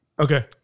Okay